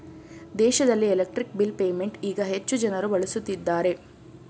ದೇಶದಲ್ಲಿ electric bill payment ಈಗ ಹೆಚ್ಚು ಜನರು ಬಳಸುತ್ತಿದ್ದಾರೆ